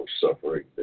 suffering